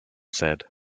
said